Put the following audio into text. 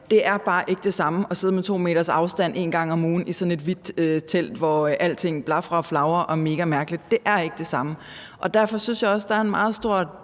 det er bare ikke det samme at sidde med 2 meters afstand en gang om ugen i sådan et hvidt telt, hvor alting blafrer og flagrer og er megamærkeligt; det er ikke det samme. Derfor synes jeg også, at der er en meget stor